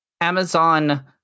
amazon